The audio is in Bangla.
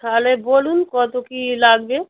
তাহলে বলুন কত কী লাগবে